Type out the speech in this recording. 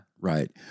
Right